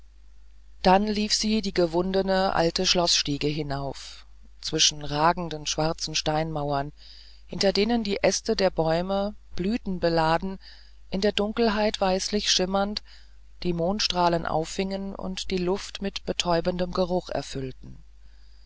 dann lief sie die gewundene alte schloßstiege hinauf zwischen ragenden schwarzen steinmauern hinter denen die äste der bäume blütenbeladen in der dunkelheit weißlich schimmernd die mondstrahlen auffingen und die luft mit betäubendem geruch erfüllten